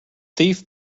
thief